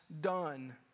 done